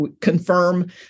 confirm